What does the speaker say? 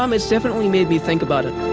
um it's definitely made me think about it.